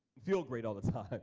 feel great all the time.